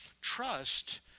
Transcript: trust